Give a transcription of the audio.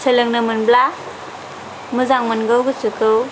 सोलोंनो मोनब्ला मोजां मोनगौ गोसोखौ